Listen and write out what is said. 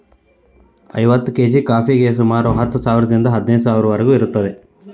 ಐವತ್ತು ಕೇಜಿ ಕಾಫಿಗೆ ಸುಮಾರು ಹತ್ತು ಸಾವಿರದಿಂದ ಹದಿನೈದು ಸಾವಿರದವರಿಗೂ ಇರುತ್ತದೆ